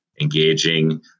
engaging